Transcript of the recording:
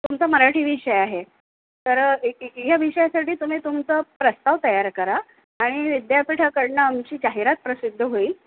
तुमचा मराठी विषय आहे तर ए ए ह्या विषयासाठी तुम्ही तुमचा प्रस्ताव तयार करा आणि विद्यापीठाकडून आमची जाहिरात प्रसिद्ध होईल